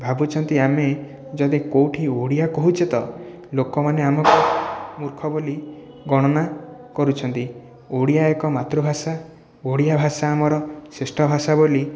ଭାବୁଛନ୍ତି ଆମେ ଯଦି କେଉଁଠି ଓଡ଼ିଆ କହୁଛେ ତ ଲୋକମାନେ ଆମକୁ ମୂର୍ଖ ବୋଲି ଗଣନା କରୁଛନ୍ତି ଓଡ଼ିଆ ଏକ ମାତୃଭାଷା ଓଡ଼ିଆ ଭାଷା ଆମର ଶ୍ରେଷ୍ଠ ଭାଷା ବୋଲି